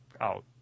out